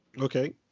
Okay